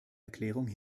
erklärung